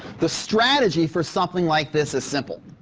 the strategy for something like this as simple